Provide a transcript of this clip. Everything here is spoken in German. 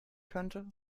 könnte